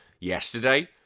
yesterday